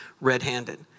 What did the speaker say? red-handed